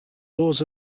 laws